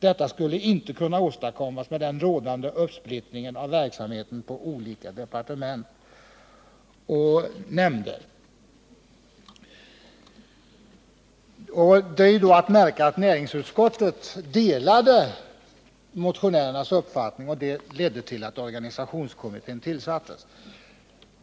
Detta skulle inte kunna åstadkommas med den rådande uppsplittringen av verksamheten på olika departement och myndigheter.” Det är att märka att utskottet delade motionärernas uppfattning. Det ledde till att organisationskommittén tillsattes.